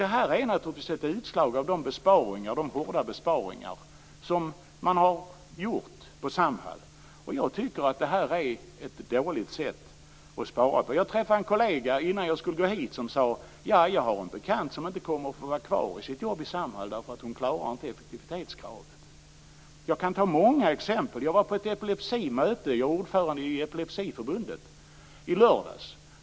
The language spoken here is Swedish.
Det här är naturligtvis ett utslag av de hårda besparingar som man har gjort på Samhall. Jag tycker att det här är ett dåligt sätt att spara på. Jag träffade en kollega innan jag skulle gå hit som sade: Jag har en bekant som inte kommer att få vara kvar på sitt jobb i Samhall därför att hon inte klarar effektivitetskravet. Jag kan ta många exempel. Jag var på ett epilepsimöte i lördags. Jag är ordförande i Epilepsiförbundet.